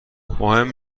مهم